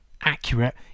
accurate